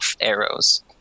arrows